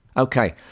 Okay